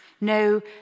no